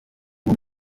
uwo